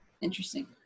Interesting